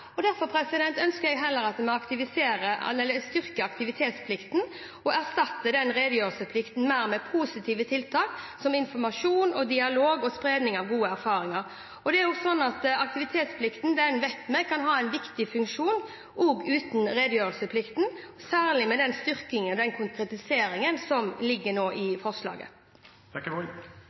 årsrapporten. Derfor ønsker jeg heller å styrke aktivitetsplikten og erstatte redegjørelsesplikten med positive tiltak som informasjon, dialog og spredning av gode erfaringer. Vi vet at aktivitetsplikten kan ha en viktig funksjon også uten redegjørelsesplikten, særlig med den styrkingen og den konkretiseringen som ligger i forslaget nå.